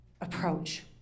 approach